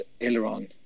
aileron